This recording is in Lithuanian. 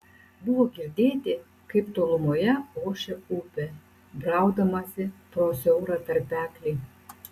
buvo girdėti kaip tolumoje ošia upė braudamasi pro siaurą tarpeklį